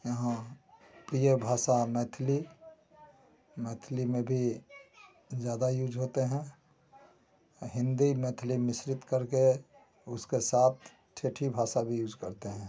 यहाँ प्रिय भाषा मैथिली मैथिली में भी ज़्यादा यूज होते हैं हिन्दी मैथिली मिश्रित करके उसके साथ ठेठी भाषा भी यूज करते हैं